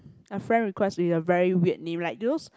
a friend requests with a very weird name right they use